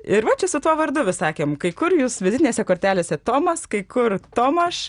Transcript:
ir va čia su tuo vardu vis sakėm kai kur jūs vizitinėse kortelėse tomas kai kur tomaš